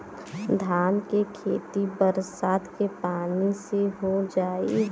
धान के खेती बरसात के पानी से हो जाई?